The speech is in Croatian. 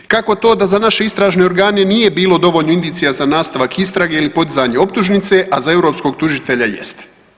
Kako to za naše istražne organe nije bilo dovoljno indicija za nastavak istrage ili podizanje optužnice, a za europskog tužitelja jeste?